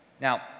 now